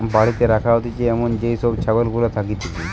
বাড়িতে রাখা হতিছে এমন যেই সব ছাগল গুলা থাকতিছে